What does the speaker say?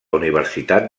universitat